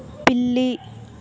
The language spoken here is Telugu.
పిల్లి